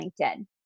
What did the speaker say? LinkedIn